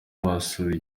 basuye